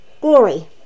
glory